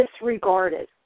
disregarded